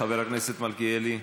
חבר הכנסת מלכיאלי,